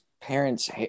parents